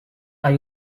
are